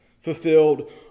fulfilled